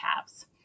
calves